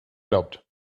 glaubt